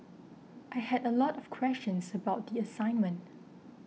I had a lot of questions about the assignment